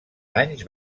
anys